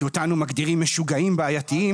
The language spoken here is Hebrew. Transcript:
כי אותנו מגדירים משוגעים בעייתיים,